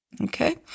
Okay